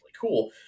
cool